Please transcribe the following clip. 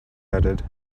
added